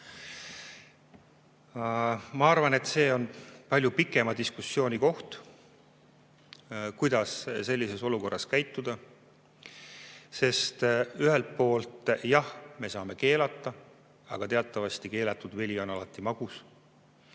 Ma arvan, et see on palju pikema diskussiooni koht, kuidas sellises olukorras käituda. Ühelt poolt, jah, me saame keelata, aga teatavasti on keelatud vili alati magus.